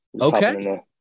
Okay